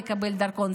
לקבל דרכון,